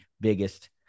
biggest